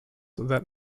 that